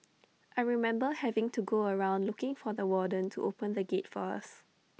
I remember having to go around looking for the warden to open the gate for us